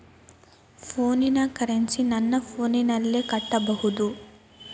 ಫೋನಿನ ಕರೆನ್ಸಿ ನನ್ನ ಫೋನಿನಲ್ಲೇ ಕಟ್ಟಬಹುದು?